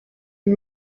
uru